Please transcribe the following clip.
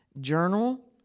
Journal